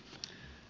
kiitos